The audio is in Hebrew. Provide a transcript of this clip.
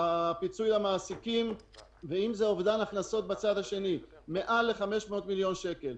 לפיצוי המעסיקים ואם זה אובדן הכנסות בצד השני מעל 500 מיליון שקל.